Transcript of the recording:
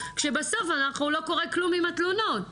כשבסוף לא קורה כלום עם התלונות,